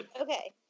Okay